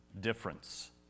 difference